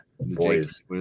boys